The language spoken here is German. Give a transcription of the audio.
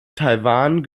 taiwan